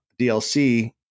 DLC